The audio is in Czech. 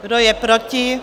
Kdo je proti?